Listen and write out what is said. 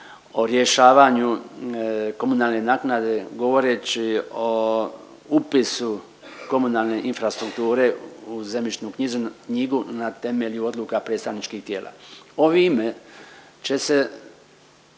o rješavanju komunalne naknade, govoreći o upisu komunalne infrastrukture u zemljišnu knjigu na temelju odluka predstavničkih tijela. Ovime će se